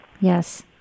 Yes